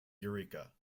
eureka